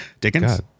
dickens